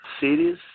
cities